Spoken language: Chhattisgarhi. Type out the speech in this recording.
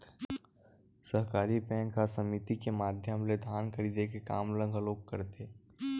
सहकारी बेंक ह समिति के माधियम ले धान खरीदे के काम ल घलोक करथे